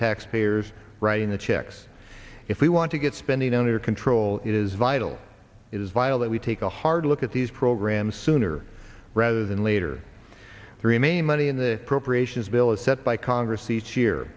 taxpayers writing the checks if we want to get spending under control it is vital it is vital that we take a hard look at these programs sooner rather than later the remaining money in the procreation is bill is set by congress each year